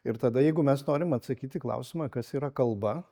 ir tada jeigu mes norim atsakyt į klausimą kas yra kalba